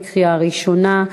בקריאה ראשונה,